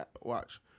watch